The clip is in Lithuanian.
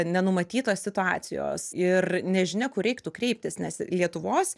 nenumatytos situacijos ir nežinia kur reiktų kreiptis nes lietuvos